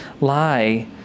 lie